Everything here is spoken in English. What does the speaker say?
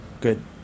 good